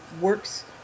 works